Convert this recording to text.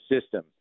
system